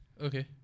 okay